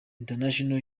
international